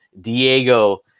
Diego